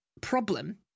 problem